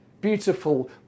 beautiful